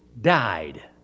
died